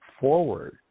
forward